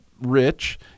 rich